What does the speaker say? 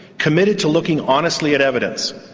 committed to looking honestly at evidence.